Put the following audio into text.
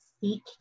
seek